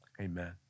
Amen